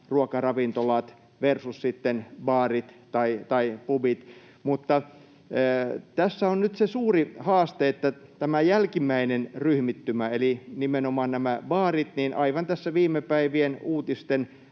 ruokaravintolat versus baarit tai pubit. Mutta tässä on nyt se suuri haaste tämä jälkimmäinen ryhmittymä eli nimenomaan nämä baarit. Aivan tässä viime päivien uutisten